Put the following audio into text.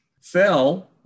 fell